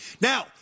Now